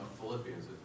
Philippians